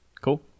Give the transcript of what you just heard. Cool